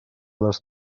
les